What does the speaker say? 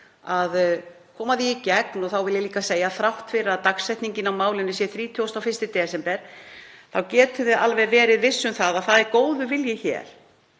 að koma því í gegn — og þá vil ég líka segja að þrátt fyrir að dagsetningin á málinu sé 31. desember þá getum við alveg verið viss um að það er góður vilji hér,